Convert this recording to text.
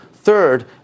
Third